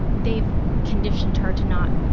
they've conditioned her to not,